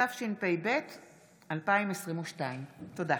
התשפ"ב 2022. תודה.